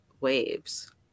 waves